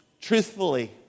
truthfully